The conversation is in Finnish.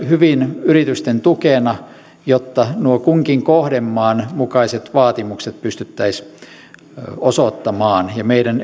hyvin yritysten tukena jotta nuo kunkin kohdemaan mukaiset vaatimukset pystyttäisiin osoittamaan ja meidän